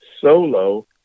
solo